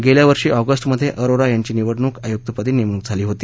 गेल्या वर्षी ऑगस्टमध्ये अरोरा यांची निवडणूक आयुक्तपदी नेमणूक झाली होती